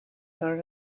her